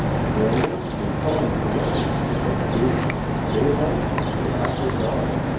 gram and helen carruthers had been busy from daylight until after dark.